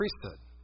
priesthood